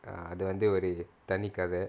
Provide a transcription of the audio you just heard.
அது வந்து ஒரு தனி கதை:athu vanthu oru thani kathai